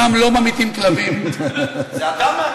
שם לא ממיתים כלבים, זה אתה מהקזינו?